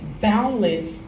boundless